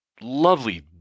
lovely